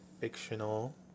fictional